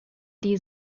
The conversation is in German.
die